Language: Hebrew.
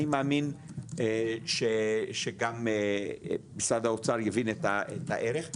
אני מאמין שגם משרד האוצר יבין את הערך.